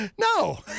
No